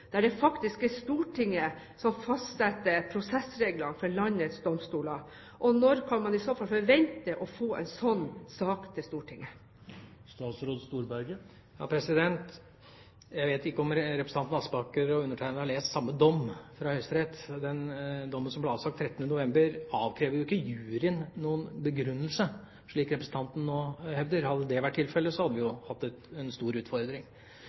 der det faktisk er Stortinget som fastsetter prosessreglene for landets domstoler? Og når kan man i så fall forvente å få en sånn sak til Stortinget? Jeg vet ikke om representanten Aspaker og undertegnede har lest samme dom fra Høyesterett. Den dommen som ble avsagt 13. november, avkrever jo ikke juryen noen begrunnelse, slik representanten nå hevder. Hadde det vært tilfellet, hadde vi hatt en stor utfordring.